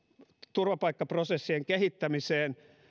turvapaikkaprosessien kehittämiseen